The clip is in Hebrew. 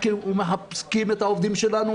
נחנקים ומחזקים את העובדים שלנו,